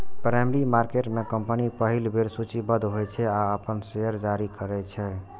primary market में company पहिल बेर सूचीबद्ध होइ छै आ अपन शेयर जारी करै छै